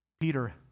Peter